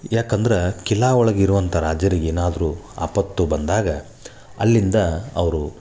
ಯಾಕಂದ್ರೆ ಕಿಲ್ಲಾ ಒಳಗೆ ಇರುವಂಥ ರಾಜರ್ಗೆ ಏನಾದರೂ ಆಪತ್ತು ಬಂದಾಗ ಅಲ್ಲಿಂದ ಅವರು